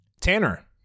Tanner